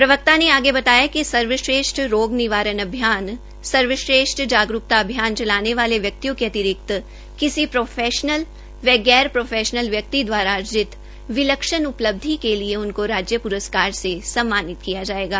प्रवक्ता ने आगे बताया कि सर्वश्रेष्ठ रोग निवारण अभियान सर्वश्रेष्ठ जागरूकता अभियान चलाने वाले व्यक्तियों के अतिरिक्त किसी प्रोफेशनल व गैर प्रोफेशनल व्यक्ति दवारा अर्जित विलक्षण उपलब्धि के लिये उनको राज्य प्रस्कार से सम्मानित किया जाएगा